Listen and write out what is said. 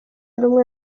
rumwe